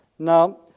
now,